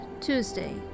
Tuesday